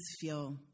feel